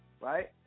right